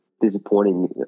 disappointing